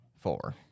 Four